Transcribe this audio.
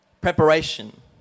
Preparation